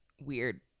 weird